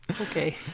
Okay